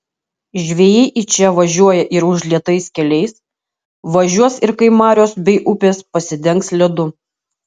žvejai į čia važiuoja ir užlietais keliais važiuos ir kai marios bei upės pasidengs ledu